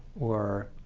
or,